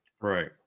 Right